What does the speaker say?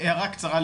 הערה קצרה,